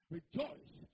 Rejoice